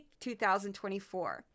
2024